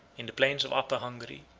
in the plains of upper hungary,